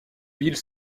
ville